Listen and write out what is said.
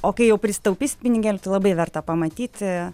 o kai jau prisitaupysit pinigėlių tai labai verta pamatyti